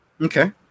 Okay